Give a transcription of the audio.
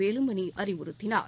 வேலுமணி அறிவுறுத்தினார்